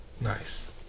Nice